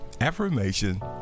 affirmation